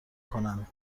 کنند